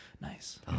Nice